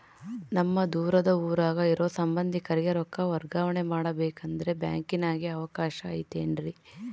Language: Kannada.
ನಮ್ಮ ದೂರದ ಊರಾಗ ಇರೋ ಸಂಬಂಧಿಕರಿಗೆ ರೊಕ್ಕ ವರ್ಗಾವಣೆ ಮಾಡಬೇಕೆಂದರೆ ಬ್ಯಾಂಕಿನಾಗೆ ಅವಕಾಶ ಐತೇನ್ರಿ?